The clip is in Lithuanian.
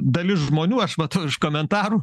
dalis žmonių aš matau iš komentarų